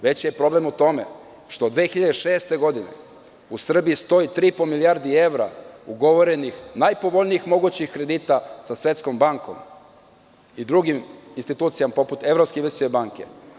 Veći je problem u tome što 2006. godine u Srbiji stoji 3,5 milijarde evra ugovorenih najpovoljnijih kredita sa Svetskom bankom i drugim institucijama poput evropske investicione banke.